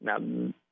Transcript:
now